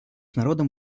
народом